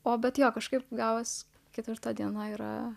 o bet jo kažkaip gavosi ketvirta diena yra